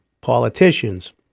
politicians